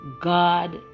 God